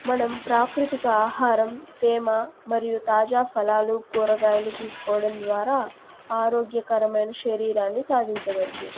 మనం ప్రాకృతిక ఆహారం తేమ మరియు తాజా ఫలాలు కూరగాయలు తీసుకోవడం ద్వారా ఆరోగ్యకరమైన శరీరాన్ని సాధించవచ్చు